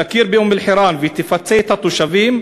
תכיר באום-אלחיראן ותפצה את התושבים,